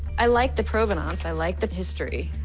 i like the provenance. i like the history.